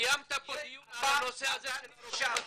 קיימת פה דיון על הנושא הזה של הרופאים הצרפתים.